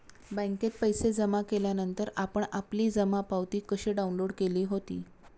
बँकेत पैसे जमा केल्यानंतर आपण आपली जमा पावती कशी डाउनलोड केली होती?